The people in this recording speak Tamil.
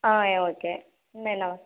ஆ ஓகே இன்னும் என்ன